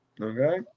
okay